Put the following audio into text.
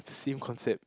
same concept